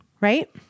right